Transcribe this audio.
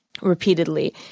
repeatedly